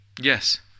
Yes